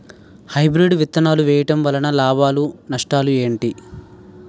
Hybrid విత్తనాలు వేయటం వలన లాభాలు నష్టాలు ఏంటి?